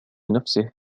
نفسه